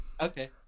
Okay